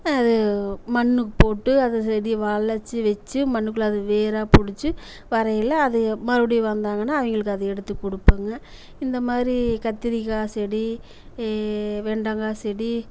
அது மண்ணு போட்டு அந்த செடியை வளச்சு வச்சு மண்ணுக்குள்ளே அது வேராக புடிச்சு வரையில் அது மறுபடியும் வந்தாங்கன்னால் அவங்களுக்கு அதை எடுத்து கொடுப்பேங்க இந்த மாதிரி கத்திரிக்காய் செடி வெண்டக்காய் செடி